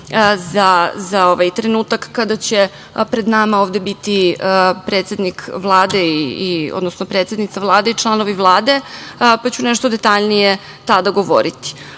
za trenutak kada će pred nama ovde biti predsednik Vlade, odnosno predsednica Vlade i članovi Vlade, pa ću nešto detaljnije tada govoriti. Na